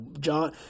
John